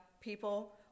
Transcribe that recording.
people